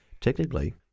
technically